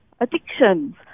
addictions